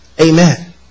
Amen